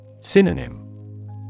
Synonym